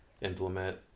implement